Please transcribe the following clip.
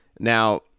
Now